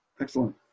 Excellent